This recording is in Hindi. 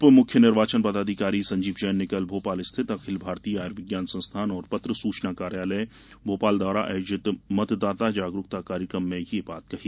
उप मुख्य निर्वाचन पदाधिकारी संजीव जैन ने कल भोपाल स्थित अखिल भारतीय आयुर्विज्ञान संस्थान और पत्र सचूना कार्यालय द्वारा आयोजित मतदाता जागरूकता कार्यक्रम में बात कहीं